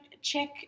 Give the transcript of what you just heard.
check